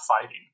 fighting